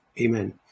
amen